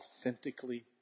authentically